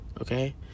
Okay